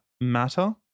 matter